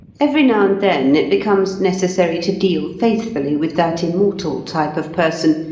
every now and then it becomes necessary to deal faithfully with that immortal type of person,